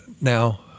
Now